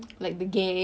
I was that girl